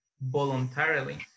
voluntarily